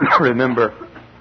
remember